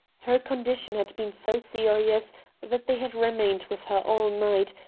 her condition had been so serious that they had remained with her all night,